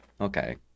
Okay